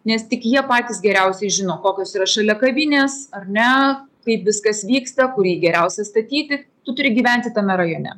nes tik jie patys geriausiai žino kokios yra šalia kavinės ar ne kaip viskas vyksta kur jį geriausia statyti tu turi gyventi tame rajone